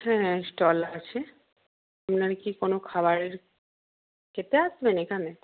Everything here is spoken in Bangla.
হ্যাঁ স্টল আছে আপনার কি কোনো খাবারের খেতে আসবেন এখানে